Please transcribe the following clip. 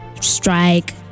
strike